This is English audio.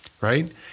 right